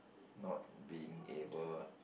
not being able